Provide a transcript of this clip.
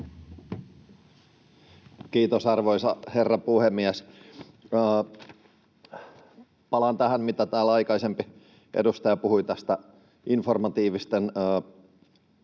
Kiitos arvoisa herra puhemies! Palaan tähän, mitä täällä aikaisempi edustaja puhui informatiivisten pykälien